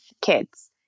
kids